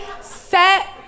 set